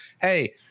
hey